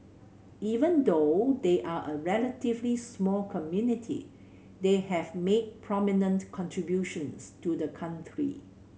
even though they are a relatively small community they have made prominent contributions to the country